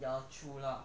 ya true lah